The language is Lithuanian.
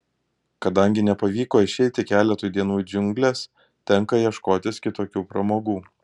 kadangi nepavyko išeiti keletui dienų į džiungles tenka ieškotis kitokių pramogų